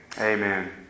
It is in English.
Amen